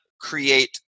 create